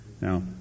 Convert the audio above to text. Now